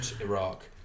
Iraq